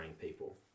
people